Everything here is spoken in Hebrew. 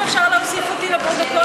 אם אפשר להוסיף אותי לפרוטוקול,